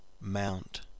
mount